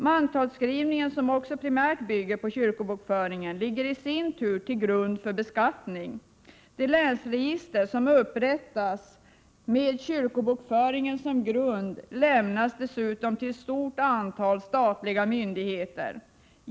Mantalsskrivningen, som också primärt bygger på kyrkobokföringen, ligger i sin tur till grund för beskattningen. De länsregister som upprättas med kyrkobokföringen som grund lämnas dessutom till ett stort antal statliga myndigheter.